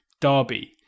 Derby